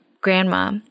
grandma